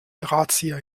drahtzieher